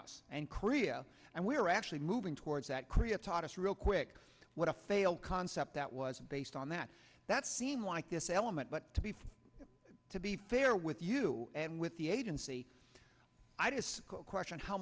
us and korea and we're actually moving towards that korea taught us real quick what a failed concept that was based on that that seem like this element but to be fair to be fair with you and with the agency i just question how